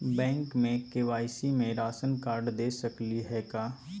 Bank में KYC में ration card दे सकली हई का?